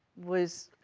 was,